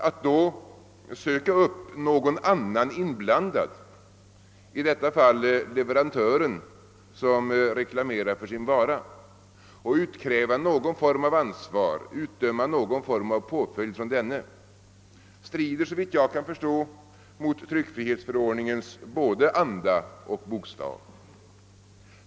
Att då söka upp någon annan inblandad, i detta fall leverantören som reklamerar för sin vara, och utkräva någon form av ansvar, utdöma någon form av påföljd från denne strider såvitt jag kan förstå mot tryckfrihetsförordningens både anda och bokstav.